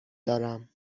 دارم